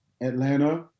Atlanta